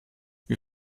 wie